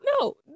No